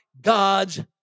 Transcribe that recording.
God's